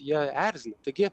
jie erzina taigi